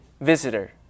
visitor